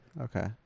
Okay